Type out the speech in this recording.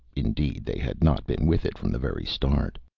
indeed, they had not been with it from the very start.